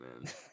man